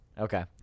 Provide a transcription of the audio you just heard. okay